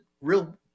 real